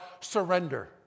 surrender